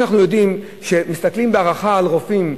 אנחנו יודעים שמסתכלים בהערכה על רופאים,